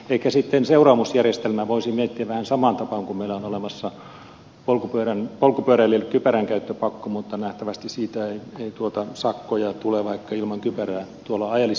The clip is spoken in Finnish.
ehkä sitten seuraamusjärjestelmää voisi miettiä vähän samaan tapaan kuin meillä on olemassa polkupyöräilijöille kypäränkäyttöpakko mutta nähtävästi siitä ei sakkoja tule vaikka ilman kypärää ajelisi